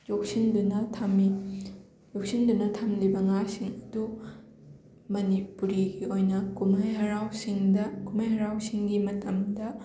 ꯌꯣꯛꯁꯤꯟꯗꯨꯅ ꯊꯝꯃꯤ ꯌꯣꯛꯁꯤꯟꯗꯨꯅ ꯊꯝꯂꯤꯕ ꯉꯥꯁꯤꯡ ꯑꯗꯨ ꯃꯅꯤꯄꯨꯔꯤꯒꯤ ꯑꯣꯏꯅ ꯀꯨꯝꯍꯩ ꯍꯔꯥꯎꯁꯤꯡꯗ ꯀꯨꯝꯍꯩ ꯍꯔꯥꯎꯁꯤꯡꯒꯤ ꯃꯇꯝꯗ